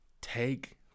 take